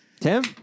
Tim